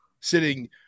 sitting